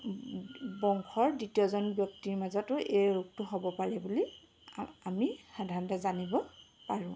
বংশৰ দ্বিতীয়জন ব্যক্তিৰ মাজতো এই ৰোগটো হ'ব পাৰে বুলি আমি সাধাৰণতে জানিব পাৰোঁ